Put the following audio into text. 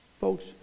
Folks